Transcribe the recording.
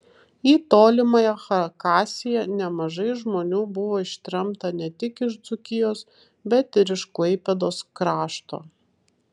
į tolimąją chakasiją nemažai žmonių buvo ištremta ne tik iš dzūkijos bet ir iš klaipėdos krašto